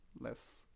less